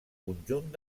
conjunt